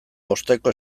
osteko